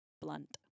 blunt